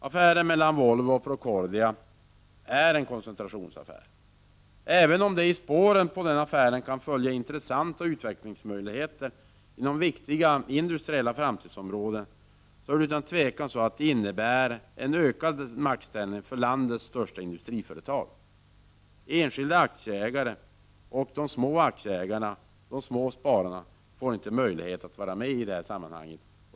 Affären mellan Volvo och Procordia är en koncentrationsaffär. Även om det i spåren på den affären kan följa intressanta utvecklingsmöjligheter inom viktiga industriella framtidsområden, innebär den en ökad maktställning för landets största industriföretag. Enskilda aktieägare, de små aktieägarna och de små spararna, får inte möjlighet att vara med i det här sammanhanget.